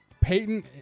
Peyton